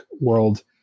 world